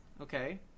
okay